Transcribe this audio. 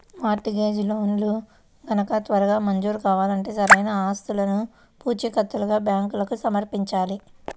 mart gauge లోన్లు గనక త్వరగా మంజూరు కావాలంటే సరైన ఆస్తులను పూచీకత్తుగా బ్యాంకులకు సమర్పించాలి